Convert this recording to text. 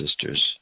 sisters